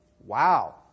wow